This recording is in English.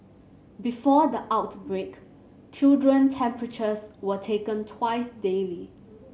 before the outbreak children temperatures were taken twice daily